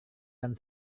dan